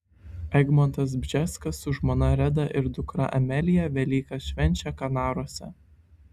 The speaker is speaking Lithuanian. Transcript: egmontas bžeskas su žmona reda ir dukra amelija velykas švenčia kanaruose